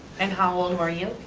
and how old were you?